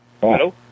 Hello